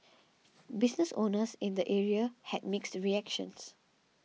business owners in the area had mixed reactions